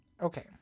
Okay